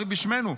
לריב בשמנו.